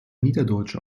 niederdeutsche